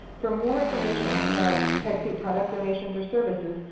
for more information about techsoup product donations or services,